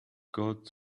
got